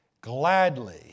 gladly